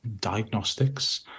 diagnostics